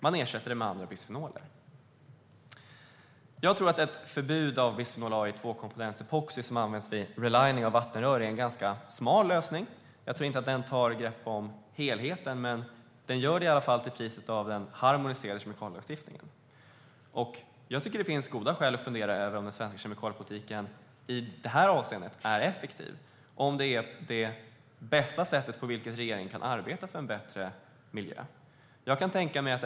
Man ersätter det med andra bisfenoler. Ett förbud av bisfenol A i tvåkomponentsepoxi, som används vid relining av vattenrör, är en ganska smal lösning. Jag tror inte att det är att ta ett grepp om helheten. Men det är en lösning på bekostnad av den harmoniserade kemikalielagstiftningen. Det finns goda skäl för att fundera på om den svenska kemikaliepolitiken är effektiv i det här avseendet, på om det är det bästa sättet på vilket regeringen kan arbeta för en bättre miljö.